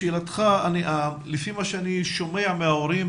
לשאלתך, לפי מה שאני שומע מההורים,